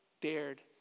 dared